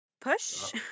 Push